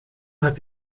heb